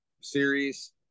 series